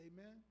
amen